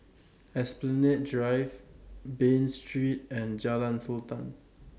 Esplanade Drive Bain Street and Jalan Sultan